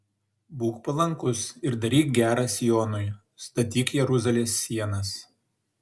būk palankus ir daryk gera sionui statyk jeruzalės sienas